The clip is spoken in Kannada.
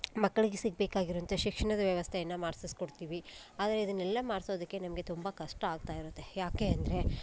ಮಕ್ಕಳಿಗೆ ಸಿಗಬೇಕಾಗಿರುವಂಥ ಶಿಕ್ಷಣದ ವ್ಯವಸ್ಥೆಯನ್ನು ಮಾಡಿಸಿಸ್ಕೊಡ್ತೀವಿ ಆದರೆ ಇದನ್ನೆಲ್ಲ ಮಾಡಿಸೋದಕ್ಕೆ ನಮಗೆ ತುಂಬ ಕಷ್ಟ ಅಗ್ತಾ ಇರುತ್ತೆ ಯಾಕೆ ಅಂದರೆ